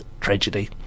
tragedy